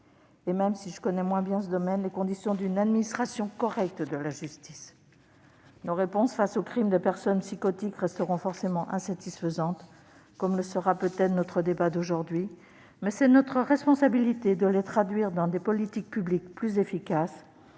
et, même si je connais moins bien ce domaine, les conditions d'une administration correcte de la justice. Nos réponses face aux crimes des personnes psychotiques resteront forcément insatisfaisantes, comme le sera peut-être notre débat d'aujourd'hui. Il est pourtant de notre responsabilité de les traduire dans des politiques publiques plus efficaces.